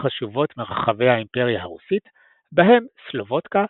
חשובות מרחבי האימפריה הרוסית בהן סלובודקה,